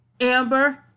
Amber